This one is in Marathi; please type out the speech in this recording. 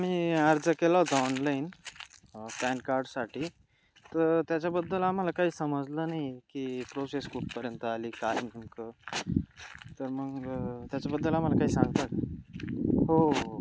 आम्ही अर्ज केला होता ऑनलाईन पॅनकार्डसाठी तर त्याच्याबद्दल आम्हाला काही समजलं नाही की प्रोसेस कुठपर्यंत आली का तुमकं तर मग त्याच्याबद्दल आम्हाला काही सांगतात हो हो